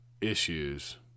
issues